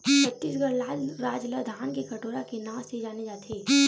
छत्तीसगढ़ राज ल धान के कटोरा के नांव ले जाने जाथे